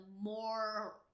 more